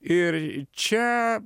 ir čia